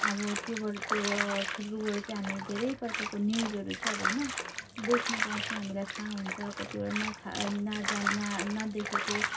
अब त्योबाट त्यो फेसबुकबाट चाहिँ हामी धेरै प्रकारको न्युजहरू चाहिँ अब होइन देख्नु पाउँछौँ हामीलाई थाहा हुन्छ कतिवटा न थाहा न जानेको न न देखेको